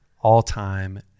all-time